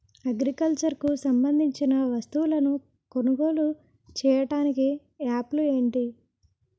Agriculture కు సంబందించిన వస్తువులను కొనుగోలు చేయటానికి యాప్లు ఏంటి?